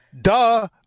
duh